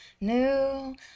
New